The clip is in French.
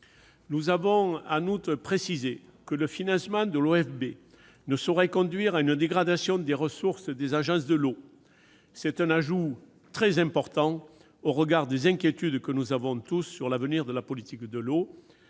de l'Office français de la biodiversité, l'OFB, ne saurait conduire à une dégradation des ressources des agences de l'eau. C'est un ajout très important au regard des inquiétudes que nous avons tous sur l'avenir de la politique de l'eau.